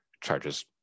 charges